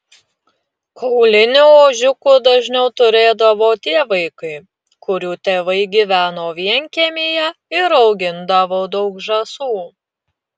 kaulinių ožiukų dažniau turėdavo tie vaikai kurių tėvai gyveno vienkiemyje ir augindavo daug žąsų